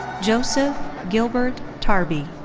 joseph gilbert tarbe.